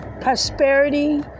prosperity